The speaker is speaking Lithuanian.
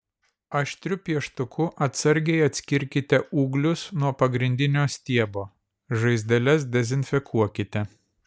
aštriu pieštuku atsargiai atskirkite ūglius nuo pagrindinio stiebo žaizdeles dezinfekuokite